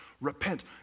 repent